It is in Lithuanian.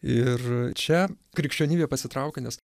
ir čia krikščionybė pasitraukė nes